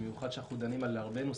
במיוחד שאנחנו דנים על הרבה נושאים,